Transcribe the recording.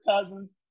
Cousins